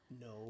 No